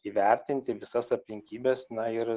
įvertinti visas aplinkybes na ir